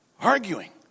arguing